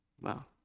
Wow